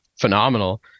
phenomenal